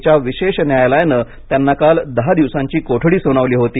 च्या विशेष न्यायालयानं त्यांना काल दहा दिवसांची कोठडी सुनावली होती